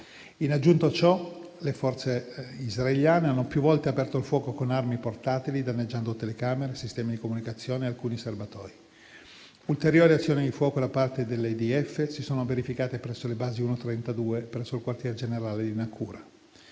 In aggiunta a ciò, le Forze israeliane hanno più volte aperto il fuoco con armi portatili, danneggiando telecamere, sistemi di comunicazione e alcuni serbatoi. Ulteriori azioni di fuoco da parte dell'IDF si sono verificate presso le basi 1-32, presso il quartier generale di Naqoura.